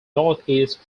northeast